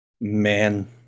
man